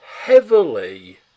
heavily